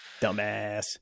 Dumbass